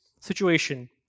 situation